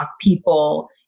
people